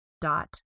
dot